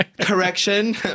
Correction